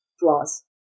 flaws